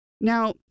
Now